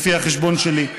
לפי החשבון שלי.